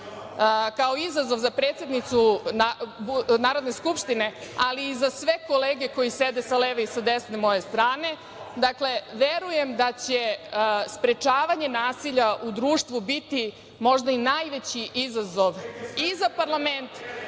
kao izazov za predsednicu Narodne skupštine, ali i za sve kolege koji sede sa leve i sa desne moje strane, dakle verujem da će sprečavanje nasilja u društvu biti možda i najveći izazov i za parlament